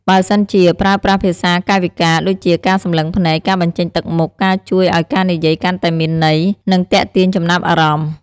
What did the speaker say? បើសិនជា ប្រើប្រាស់ភាសាកាយវិការ ដូចជាការសម្លឹងភ្នែក ការបញ្ចេញទឹកមុខ ក៏ជួយឱ្យការនិយាយកាន់តែមានន័យ និងទាក់ទាញចំណាប់អារម្មណ៍។